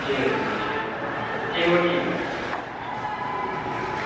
சரிங்க சரிங்க சரி ஓகேங்க ஆ